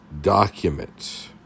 documents